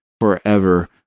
forever